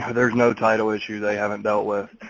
ah there's no title issue they haven't dealt with.